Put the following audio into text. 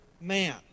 man